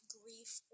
grief